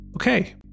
Okay